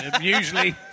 usually